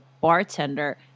bartender